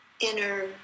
inner